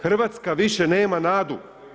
Hrvatska više nema nadu.